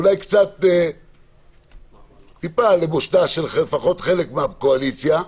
ואולי טיפה לבושתה, לפחות חלק, של הקואליציה.